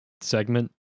segment